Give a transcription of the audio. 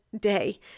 day